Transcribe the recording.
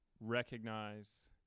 Recognize